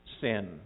sin